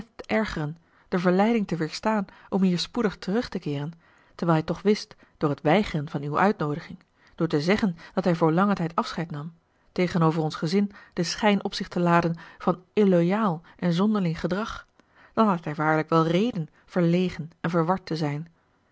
ergeren de verleiding te weerstaan om hier spoedig terug te keeren terwijl hij toch wist door het weigeren van uwe uitnoodiging door te zeggen dat hij voor langen tijd afscheid nam tegenover ons gezin den schijn op zich te laden van illoyaal en zonderling gedrag dan had hij waarlijk wel reden verlegen en verward te zijn